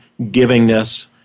givingness